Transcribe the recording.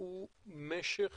והוא משך